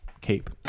Cape